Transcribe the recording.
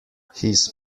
his